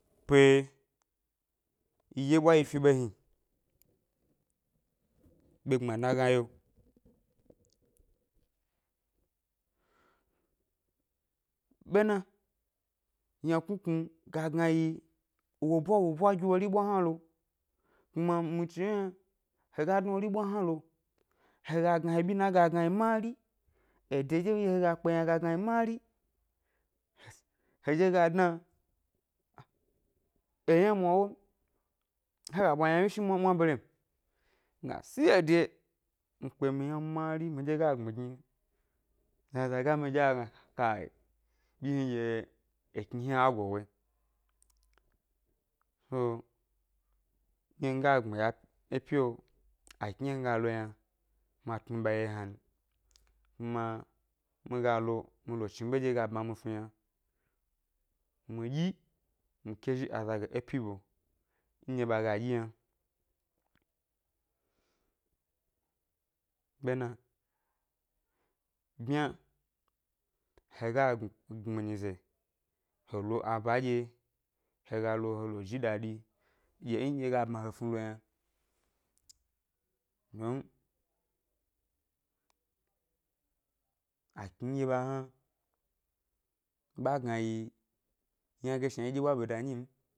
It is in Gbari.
Pe yiɗye ʻɓwa yi fi ɓe hni, ɓegbmadna gna yio, ɓena ynaknuknu ga gna yi wobwa-wobwa gi wori ʻbwa hna lo kuma mi chi ʻwye yna he ga dna wori ɓwa hna lo he ga gna he ɓyinayi ga gna yi mari, ede nɗye he ga kpe yna ga gna yi mari hes heɗye ga dna, eyna mwa ʻwo m he ga ɓwa ynawyeshi mwa mwabere m, nga si ede mi kpe mi yna mari miɗye ga gbmi gni aga gna kai ʻbyi hni ɗye ekni hni a go wo yi, so nɗye nga gbmiya e pyio akni nɗye mi ga lo yna ma tnu ɓa ʻye hna n kuma mi ga lo mi lo chi ɓenɗye ga bma mi snu yna, mi ɗyi mi ke zhi aza ge é ʻpyi ɓe nɗye ɓa ga ɗyi yna, ɓena byma he ga gbmi gbmi nyize he lo abanɗye he ga lo he lo ji dadi ɗye nɗye ga bma he snu lo yna, dun akni nɗye ɓa hna ɓa gna yi ynage shnanɗye yiɗye ɓwaɓeda nyi m.